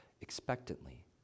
expectantly